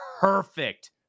perfect